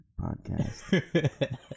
Podcast